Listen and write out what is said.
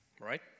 Right